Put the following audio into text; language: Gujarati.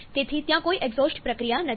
તેથી ત્યાં કોઈ એક્ઝોસ્ટ પ્રક્રિયા નથી